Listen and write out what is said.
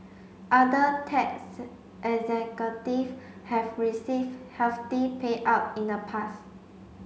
other tech executive have received hefty payout in the past